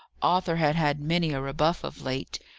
arthur had had many a rebuff of late,